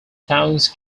towns